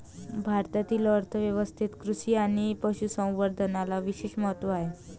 भारतीय अर्थ व्यवस्थेत कृषी आणि पशु संवर्धनाला विशेष महत्त्व आहे